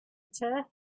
turf